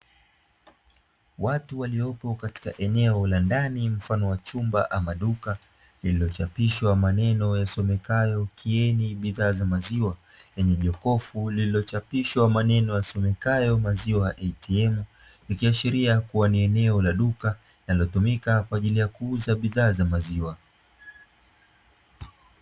Watu waliopo katika eneo la ndani mfano wa duka kuna mashine isomekayo kama mashine ATM inayotumika kuuza za maziwa